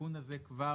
התיקון הזה כבר